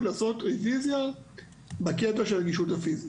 לעשות רוויזיה בקטע של הנגישות הפיזית.